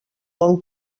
bon